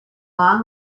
long